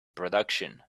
production